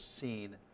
seen